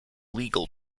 legal